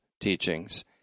teachings